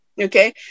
Okay